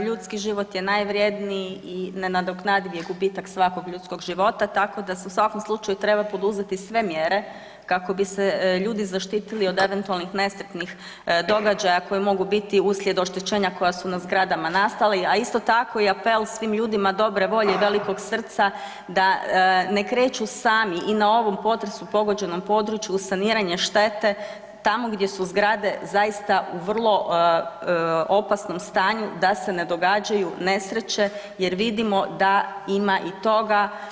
Ljudski život je najvredniji i nenadoknadiv je gubitak svakog ljudskog života tako da se u svakom slučaju treba poduzeti sve mjere kako bi se ljudi zaštitili od eventualnih nesretnih događaja koji mogu biti uslijed oštećenja koja su na zgradama nastala, a isto tako i apel svim ljudima dobre volje i velikog srca da ne kreću sami i na ovom potresom pogođenom području u saniranje štete tamo gdje su zgrade zaista u vrlo opasnom stanju, da se ne događaju nesreće jer vidimo da ima i toga.